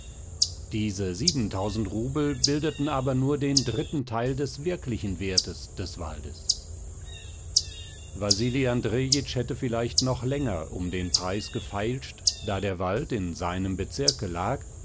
diese siebentausend rubel bildeten aber nur den dritten teil des wirklichen wertes des waldes wasili andrejitsch hätte vielleicht noch länger um den preis gefeilscht da der wald in seinem bezirke lag